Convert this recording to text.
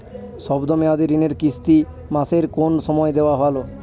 শব্দ মেয়াদি ঋণের কিস্তি মাসের কোন সময় দেওয়া ভালো?